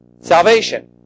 Salvation